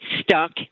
stuck